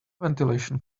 ventilation